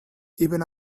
even